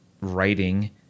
writing